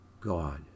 God